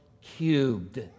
cubed